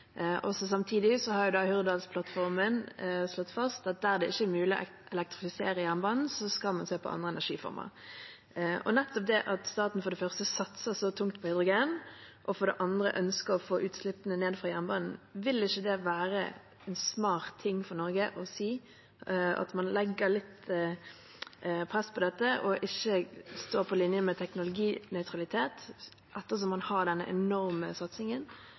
Samtidig har Hurdalsplattformen slått fast at der det ikke er mulig å elektrifisere jernbanen, skal man se på andre energiformer. Når staten for det første satser så tungt på hydrogen og for det andre ønsker å få utslippene fra jernbanen ned, vil det ikke være en smart ting for Norge å si at man legger litt press på dette, at man ikke står på linjen med teknologinøytralitet, ettersom man har denne enorme satsingen,